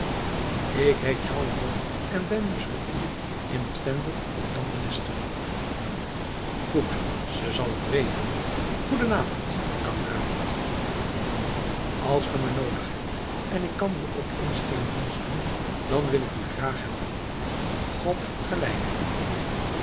ik heet jean lebon en ben musketier in het vendel van jan de nester goed ze zal het weten goeden avond kameraad als ge me noodig hebt en ik kan u ook eens eenen dienst doen dan wil ik u graag helpen god geleide u